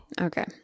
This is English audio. Okay